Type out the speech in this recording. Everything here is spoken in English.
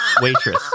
Waitress